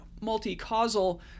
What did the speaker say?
multi-causal